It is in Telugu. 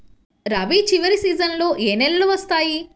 రబీ చివరి సీజన్లో ఏ నెలలు వస్తాయి?